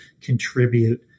contribute